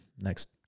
next